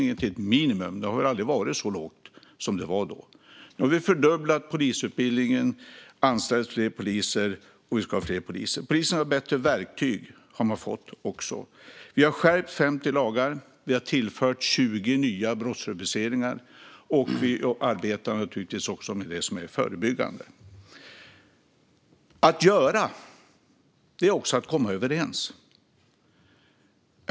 Antalet platser på utbildningen har aldrig varit så lågt som då. Nu har vi fördubblat antalet platser på polisutbildningen och anställt fler poliser. Vi ska ha fler poliser. Polisen har också fått verktyg. Vi har skärpt 50 lagar och tillfört 20 nya brottsrubriceringar. Vi arbetar naturligtvis också med det som är förebyggande. Att göra är också att komma överens.